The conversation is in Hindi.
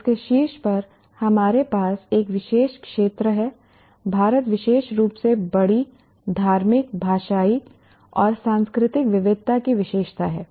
और इसके शीर्ष पर हमारे पास एक विशेष क्षेत्र है भारत विशेष रूप से बड़ी धार्मिक भाषाई और सांस्कृतिक विविधता की विशेषता है